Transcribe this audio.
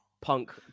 Punk